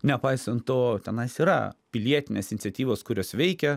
nepaisant to tenais yra pilietinės iniciatyvos kurios veikia